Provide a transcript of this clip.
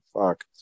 fuck